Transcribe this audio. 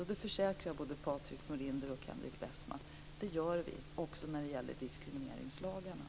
Och det, försäkrar jag både Patrik Norinder och Henrik Westman, gör vi, också när det gäller diskrimineringslagarna.